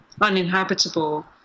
uninhabitable